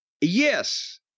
Yes